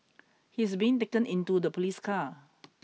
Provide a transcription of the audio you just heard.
he is being taken into the police car